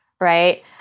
Right